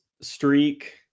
streak